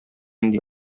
нинди